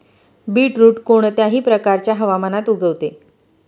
beetroot कोणत्याही प्रकारच्या हवामानात उगवते